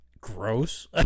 Gross